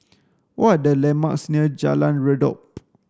what are the landmarks near Jalan Redop